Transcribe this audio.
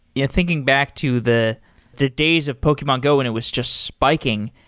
yeah thinking back to the the days of pokemon go when it was just spiking,